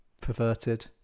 perverted